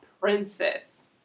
princess